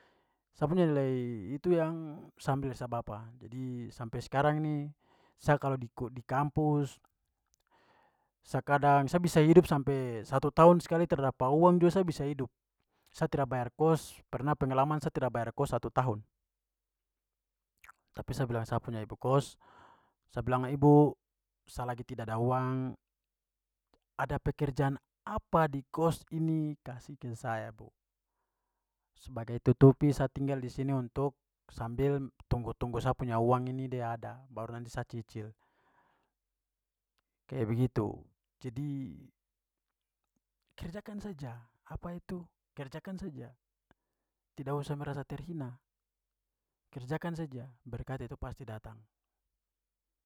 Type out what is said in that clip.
Sa punya nilai itu yang sa ambil di sa bapa. Jadi sampai sekarang ni sa kalo di kampus sa kadang sa bisa hidup sampe satu tahun sekali tra dapat uang juga sa bisa hidup. Sa tidak bayar kost. Pernah pengalaman sa tidak bayar kost satu tahun tapi saya bilang sa punya ibu kost, saya bilang, "ibu, sa lagi tidak ada uang, ada pekerjaan apa di kost ini kasi ke saya, bu. Sebagai tutupi sa tinggal di sini untuk sambil tunggu-tunggu sa punya uang ini dia ada, baru nanti sa cicil," kayak begitu. Jadi, kerjakan saja. Apa itu, kerjakan saja. Tidak usah merasa terhina. Kerjakan saja. Berkat itu pasti datang.